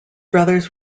brothers